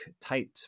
tight